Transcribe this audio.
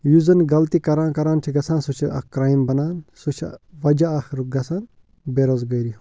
یُس زن غلطی کَران کَران چھِ گَژھان سُہ چھُ اَکھ کرٛایِم بَنان سُہ چھِ وجہ آخرُک گَژھان بے روزگٲری ہُنٛد